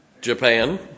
Japan